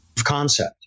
concept